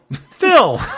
Phil